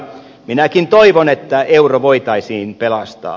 minäkin toivon että euro voitaisiin pelastaa